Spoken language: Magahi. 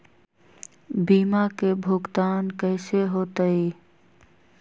बीमा के भुगतान कैसे होतइ?